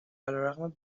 علیرغم